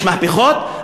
יש מהפכות,